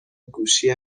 گوشی